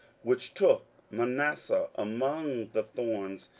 which took manasseh among the thorns,